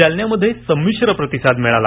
जालन्यामध्ये संमिश्र प्रतिसाद मिळाला